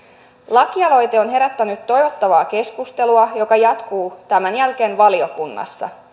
lakialoite on herättänyt toivottavaa keskustelua joka jatkuu tämän jälkeen valiokunnassa